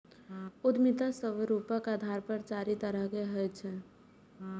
उद्यमिता स्वरूपक आधार पर चारि तरहक होइत छैक